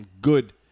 Good